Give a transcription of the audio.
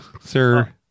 sir